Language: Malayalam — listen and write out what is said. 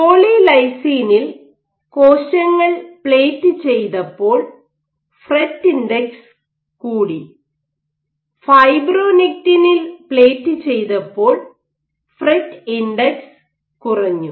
പോളിലൈസിനിൽ കോശങ്ങൾ പ്ലേറ്റ് ചെയ്തപ്പോൾ ഫ്രെറ്റ് ഇൻഡെക്സ് കൂടി ഫൈബ്രോനെക്റ്റിനിൽ പ്ലേറ്റ് ചെയ്തപ്പോൾ ഫ്രെറ്റ് ഇൻഡെക്സ് കുറഞ്ഞു